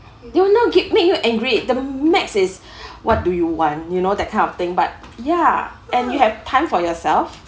do not get make you angry the max is what do you want you know that kind of thing but ya and you have time for yourself